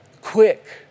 quick